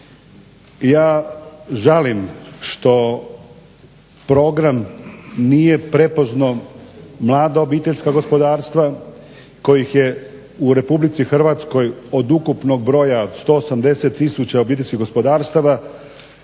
Ja žalim što program nije prepoznao mlada obiteljska gospodarstva kojih je u RH od ukupnog borja od 180 tisuća obiteljskih gospodarstava